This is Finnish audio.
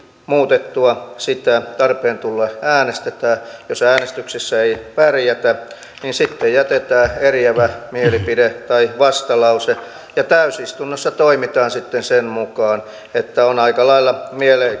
muutettua sitä tarpeen tullen äänestetään jos äänestyksessä ei pärjätä niin sitten jätetään eriävä mielipide tai vastalause ja täysistunnossa toimitaan sitten sen mukaan eli on aika lailla